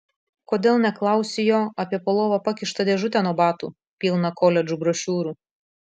kodėl neklausi jo apie po lova pakištą dėžutę nuo batų pilną koledžų brošiūrų